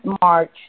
March